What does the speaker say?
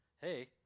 Hey